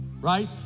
right